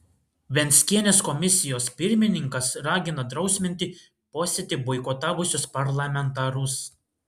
venckienės komisijos pirmininkas ragina drausminti posėdį boikotavusius parlamentarus